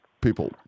people